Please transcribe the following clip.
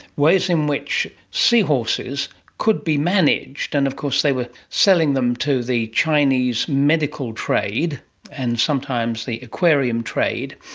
ways in which seahorses could be managed, and of course they were selling them to the chinese medical trade and sometimes the aquarium trade,